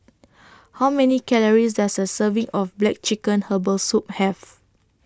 How Many Calories Does A Serving of Black Chicken Herbal Soup Have